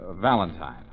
Valentine